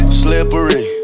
slippery